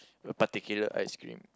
a particular ice cream